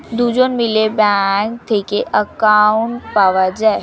দুজন মিলে ব্যাঙ্ক থেকে অ্যাকাউন্ট পাওয়া যায়